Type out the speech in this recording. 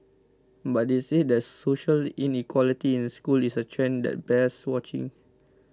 but they said that social inequality in schools is a trend that bears watching